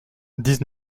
dix